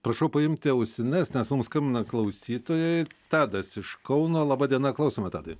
prašau paimti ausines nes mums skambina klausytojai tadas iš kauno laba diena klausome tadai